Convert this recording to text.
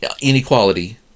inequality